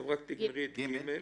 רק תגמרי את סעיף קטן (ג).